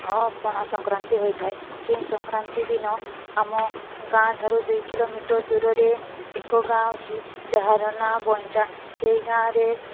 ଓ ପଣାସଂକ୍ରାନ୍ତି ହୋଇଥାଏ ସେହି ସଂକ୍ରାନ୍ତି ଦିନ ଆମ ଗାଁ ଠାରୁ ଦୁଇ କିଲୋମିଟର୍ ଦୂରରେ ଏକ ଗାଁ ଅଛି ଯାହାର ନାଁ ବଇଞ୍ଚା ସେଇ ଗାଁରେ